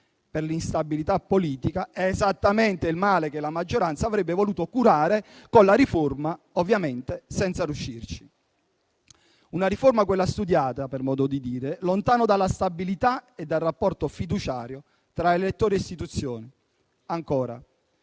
per l'instabilità politica esattamente il male che la maggioranza avrebbe voluto curare con la riforma, ovviamente senza riuscirci. Una riforma, quella studiata - per modo di dire - lontano dalla stabilità e dal rapporto fiduciario tra elettori e Istituzioni. Ancora: